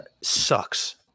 sucks